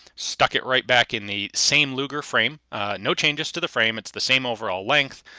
stuck it right back in the same luger frame no changes to the frame, it's the same overall length,